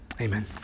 Amen